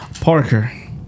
Parker